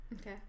Okay